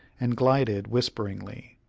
and glided whisperingly,